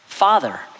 Father